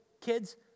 kids